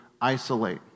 isolate